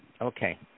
Okay